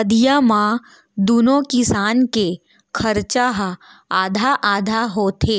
अधिया म दूनो किसान के खरचा ह आधा आधा होथे